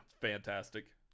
Fantastic